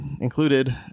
included